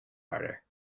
harder